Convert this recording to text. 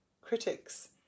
critics